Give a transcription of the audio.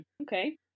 okay